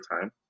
time